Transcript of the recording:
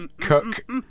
cook